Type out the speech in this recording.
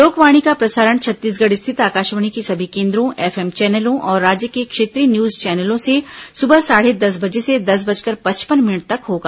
लोकवाणी का प्रसारण छत्तीसगढ़ स्थित आकाशवाणी के सभी केन्द्रों एफ एम चैनलों और राज्य के क्षेत्रीय न्यूज चैनलों से सुबह साढ़े दस बजे से दस बजकर पचपन मिनट तक होगा